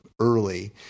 early